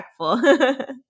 impactful